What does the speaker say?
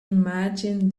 imagine